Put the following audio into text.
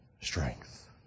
strength